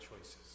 choices